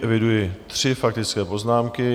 Eviduji tři faktické poznámky.